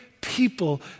people